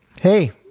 Hey